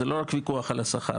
זה לא רק ויכוח על השכר.